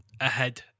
ahead